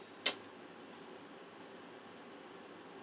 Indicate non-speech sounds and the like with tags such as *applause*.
*noise*